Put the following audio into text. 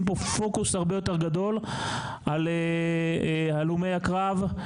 פה פוקוס הרבה יותר גדול על הלומי הקרב,